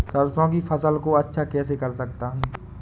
सरसो की फसल को अच्छा कैसे कर सकता हूँ?